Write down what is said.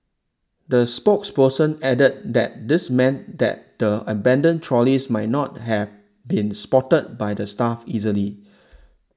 the spokesperson added that this meant that the abandoned trolleys might not have been spotted by the staff easily